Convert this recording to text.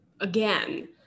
again